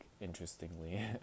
interestingly